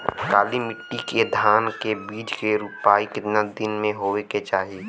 काली मिट्टी के धान के बिज के रूपाई कितना दिन मे होवे के चाही?